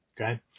okay